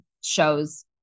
shows